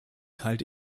halte